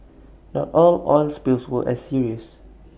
not all oil spills were as serious